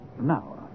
Now